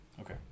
Okay